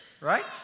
right